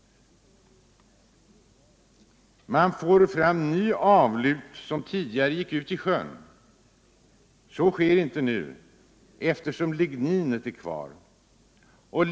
Man får fram en ny avlut, som tidigare fick gå ut i sjön. Så sker inte nu, eftersom ligninet är kvariluten.